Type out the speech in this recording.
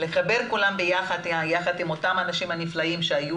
לחבר את כולם יחד עם אותם האנשים הנפלאים שהיו